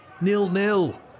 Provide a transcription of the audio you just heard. nil-nil